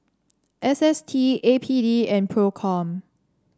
S S T A P D and Procom